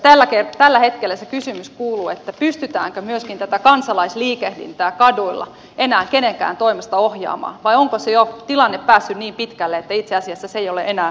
ja tällä hetkellä se kysymys kuuluu pystytäänkö myös tätä kansalaisliikehdintää kaduilla enää kenenkään toimesta ohjaamaan vai onko tilanne jo päässyt niin pitkälle että itse asiassa se ei ole enää kenenkään hallinnassa